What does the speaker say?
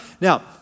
Now